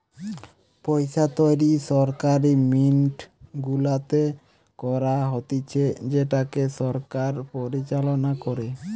পইসা তৈরী সরকারি মিন্ট গুলাতে করা হতিছে যেটাকে সরকার পরিচালনা করে